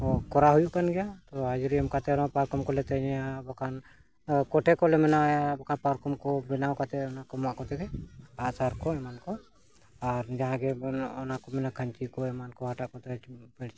ᱠᱚᱨᱟᱣ ᱦᱩᱭᱩᱜ ᱠᱟᱱ ᱜᱮᱭᱟ ᱛᱚ ᱦᱟᱡᱨᱤ ᱮᱢ ᱠᱟᱛᱮ ᱨᱮᱦᱚᱸ ᱯᱟᱨᱠᱚᱢ ᱠᱚᱞᱮ ᱛᱮᱧ ᱮᱫᱟ ᱵᱟᱠᱷᱟᱱ ᱠᱚᱴᱷᱮ ᱠᱚᱞᱮ ᱵᱮᱱᱟᱣᱮᱫᱟ ᱵᱟᱠᱷᱟᱱ ᱯᱟᱨᱠᱚᱢ ᱠᱚ ᱵᱮᱱᱟᱣ ᱠᱟᱛᱮᱫ ᱚᱱᱟ ᱠᱚ ᱢᱟᱜ ᱠᱚᱛᱮ ᱜᱮ ᱟᱸᱜ ᱥᱟᱨ ᱠᱚ ᱮᱢᱟᱱ ᱠᱚ ᱟᱨ ᱡᱟᱦᱟᱸ ᱜᱮ ᱚᱱᱟ ᱠᱚ ᱢᱮᱱᱟ ᱠᱷᱟᱧᱪᱤ ᱠᱚ ᱮᱢᱟᱱ ᱠᱚ ᱦᱟᱴᱟᱜ ᱠᱚᱛᱮ ᱟᱨ